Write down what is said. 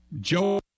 Joe